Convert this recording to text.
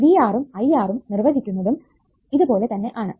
VR ഉം IR ഉം നിർവചിച്ചിരിക്കുന്നതും ഇത് പോലെ തന്നെ ആണ്